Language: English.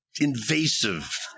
invasive